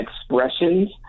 expressions